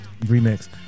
remix